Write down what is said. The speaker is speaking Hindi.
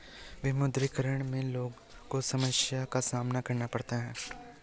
विमुद्रीकरण में लोगो को समस्या का सामना करना पड़ता है